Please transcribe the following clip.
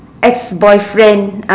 ex boyfriend